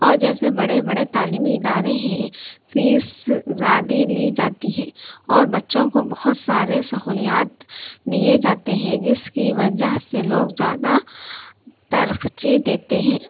اور جیسے بڑے بڑے تعلیمی ادارے ہیں فیس زیادہ لی جاتی ہے اور بچوں کو بہت سارے سہولیات دیے جاتے ہیں جس کی وجہ سے لوگ زیادہ ترجیح دیتے ہیں